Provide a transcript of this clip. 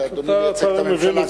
אדוני מייצג את הממשלה כאן.